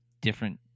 different